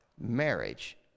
marriage